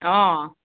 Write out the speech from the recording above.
অঁ